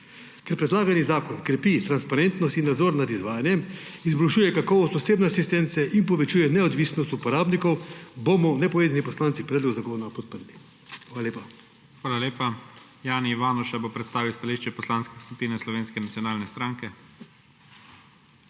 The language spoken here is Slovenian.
Ker predlagani zakon krepi transparentnost in nadzor nad izvajanjem, izboljšuje kakovost osebne asistence in povečuje neodvisnost uporabnikov, bomo nepovezani poslanci predlog zakona podprli. **PREDSEDNIK IGOR ZORČIČ:** Hvala lepa. Jani Ivanuša bo predstavil stališče Poslanske skupine Slovenske nacionalne stranke.